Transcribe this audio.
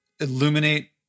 illuminate